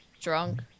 drunk